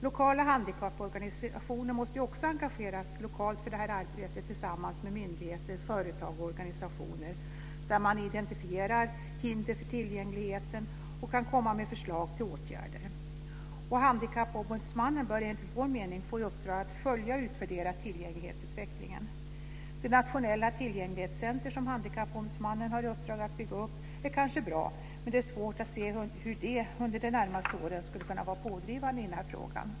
Lokala handikapporganisationer måste också engageras lokalt för det här arbetet tillsammans med myndigheter, företag och organisationer där man identifierar hinder för tillgängligheten och kan komma med förslag till åtgärder. Handikappombudsmannen bör enligt vår mening få i uppdrag att följa och utvärdera tillgänglighetsutvecklingen. Det nationella tillgänglighetscentrum som Handikappombudsmannen har i uppdrag att bygga upp är kanske bra, men det är svårt att se hur det under de närmaste åren skulle kunna vara pådrivande i den här frågan.